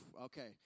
okay